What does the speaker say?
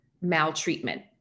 maltreatment